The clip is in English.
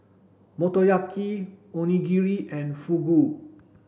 Motoyaki Onigiri and Fugu